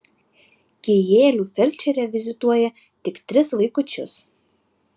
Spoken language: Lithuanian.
kijėlių felčerė vizituoja tik tris vaikučius